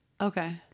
Okay